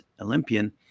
Olympian